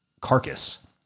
carcass